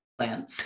plan